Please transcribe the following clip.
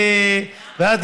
נכון.